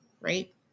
right